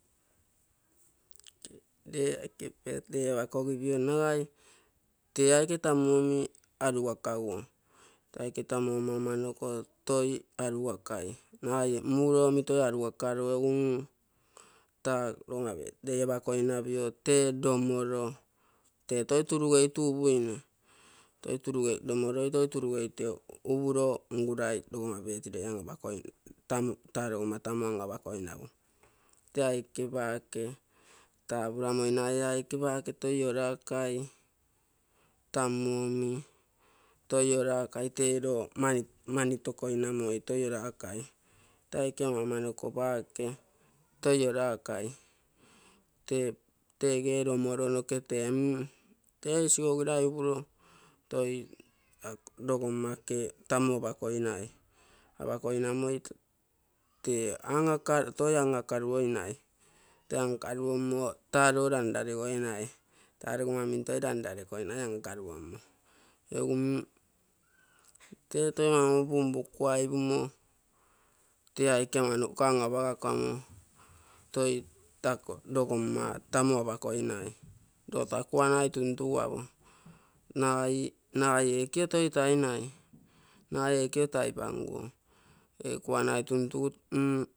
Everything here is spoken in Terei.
Lee aike birthday apakogipio nagai tee aike tumu omi arugakaaguo, tee aike tamu ama-amanoko toi arugakai, nagai ee muuro omi toi arugakaro gu mm taa logomma birthday apakoinapio tee lomoro tee toi turugeitu upuine, lomoroi toi turugeitue upuro ngurai logomma birthday an-apakoingu. Tee aike paake tapuramoi nagai ee aike paake toi orakai, tamu-omi toi arakai tee lo mani tokoinamoi, toi orakai tee aike ama-amanoko paake toi orakai. Tege lomoro noke tee mm isigougiira upuro toi logomma oke tamu apakoinai, apakoinamoi tee toi ang-akaruo-inai. Toi anakaruonno taa lo lan-laregoinai. Taa logomma min toi lanlaarekoinai anakaruo-mmo. Egu mm tee toi maumoriro punpuku-aipumo tee aike amanoko anapagakamo toi logomma tama apakoinai, lo taa kunai tuntugu apo, nagai ekio toi tainai, nagai ekio taipanguo ee kuanai tuntugu